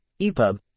EPUB